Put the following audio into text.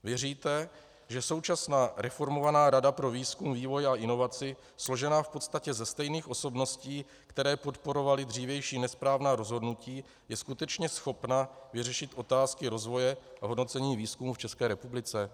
Věříte, že současná reformovaná Rada pro výzkum, vývoj a inovaci, složená v podstatě ze stejných osobností, které podporovaly dřívější nesprávná rozhodnutí, je skutečně schopna vyřešit otázky rozvoje v hodnocení výzkumu v České republice?